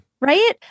Right